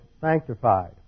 sanctified